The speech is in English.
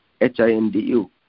H-I-N-D-U